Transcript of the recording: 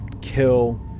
kill